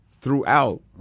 throughout